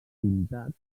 pintat